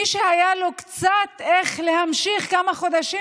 מי שהיה לו קצת איך להמשיך כמה חודשים,